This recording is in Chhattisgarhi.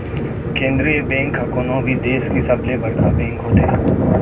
केंद्रीय बेंक ह कोनो भी देस के सबले बड़का बेंक होथे